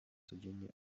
codziennie